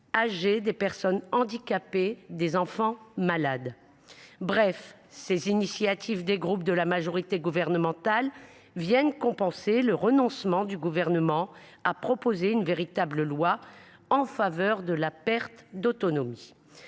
âgées, personnes handicapées et enfants malades. Par ces initiatives, les groupes de la majorité gouvernementale tentent de compenser le renoncement du Gouvernement à proposer un véritable projet de loi dédié à la perte d’autonomie.